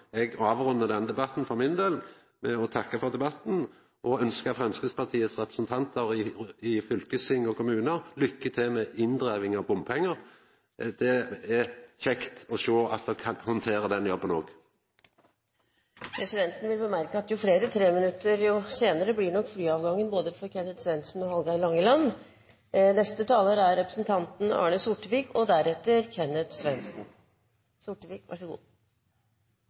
Eg avrundar for min del med å takka for denne debatten og ønskja Framstegspartiets representantar i fylkesting og kommunar lykke til med inndriving av bompengar – det er kjekt å sjå at dei kan handtera den jobben òg. Presidenten vil bemerke at jo flere treminuttere, jo senere blir nok flyavgangen for både Kenneth Svendsen og Hallgeir H. Langeland. Bare noen korte merknader: Arbeiderpartiet er egenandelenes parti, et parti som sikrer tydeligere og